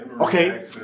okay